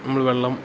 നമ്മൾ വെള്ളം